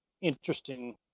interesting